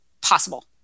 possible